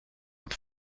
het